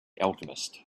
alchemist